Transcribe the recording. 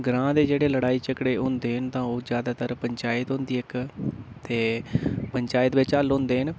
ग्रांऽ दे जेह्ड़े लड़ाई झगड़े होंदे न तां ओह् ज्यादातर पंचायत होंदी इक ते पंचायत बिच्च हल होंदे न